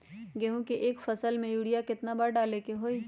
गेंहू के एक फसल में यूरिया केतना बार डाले के होई?